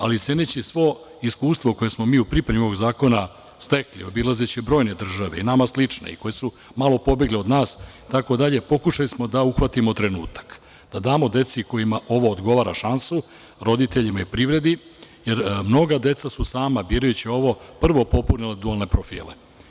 Ali, ceneći svo iskustvo koje smo mi u pripremi ovog zakona stekli obilazeći brojne države, nama slične i koje su malo pobegle od nas itd, pokušali smo da uhvatimo trenutak, da damo deci kojoj ovo odgovara šansu, roditeljima i privredi, jer mnoga deca su sama, birajući ovo, prvo popunila dualne profile.